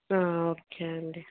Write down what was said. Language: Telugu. ఓకే అండి